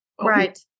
Right